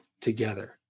together